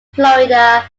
florida